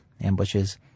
ambushes